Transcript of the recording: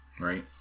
right